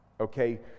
okay